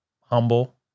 humble